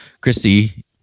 Christy